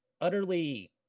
utterly